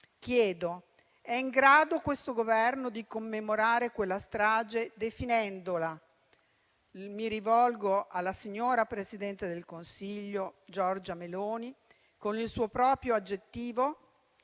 chiedo: è in grado questo Governo di commemorare quella strage definendola - mi rivolgo alla signora presidente del Consiglio Giorgia Meloni - con il suo proprio aggettivo?